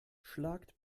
schlagt